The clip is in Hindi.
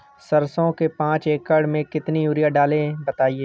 सरसो के पाँच एकड़ में कितनी यूरिया डालें बताएं?